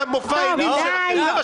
תודה.